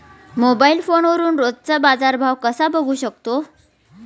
Mobile फोनवरून रोजचा बाजारभाव कसा बघू शकतो?